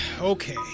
Okay